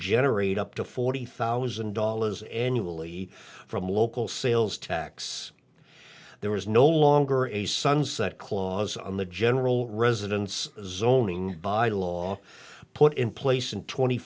generate up to forty thousand dollars annually from local sales tax there is no longer a sunset clause on the general residence zoning by law put in place in twenty